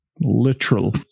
Literal